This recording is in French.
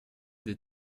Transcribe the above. des